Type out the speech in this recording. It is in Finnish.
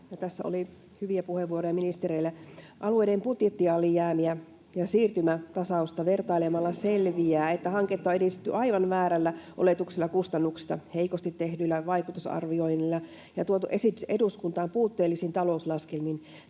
No, tässä oli hyviä puheenvuoroja ministereille. Alueiden budjettialijäämiä ja siirtymätasausta vertailemalla selviää, että hanketta on edistetty aivan väärällä oletuksella kustannuksista, heikosti tehdyllä vaikutusarvioinnilla ja on tuotu esitys eduskuntaan puutteellisin talouslaskelmin.